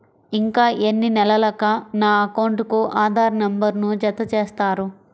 ఇంకా ఎన్ని నెలలక నా అకౌంట్కు ఆధార్ నంబర్ను జత చేస్తారు?